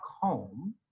home